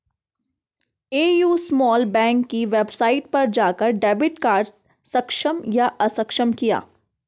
AU small bank की website पर जाकर डेबिट कार्ड सक्षम या अक्षम किया